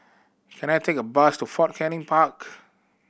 can I take a bus to Fort Canning Park